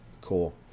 Cool